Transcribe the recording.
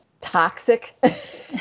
toxic